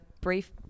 brief